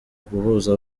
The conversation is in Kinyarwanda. guhuza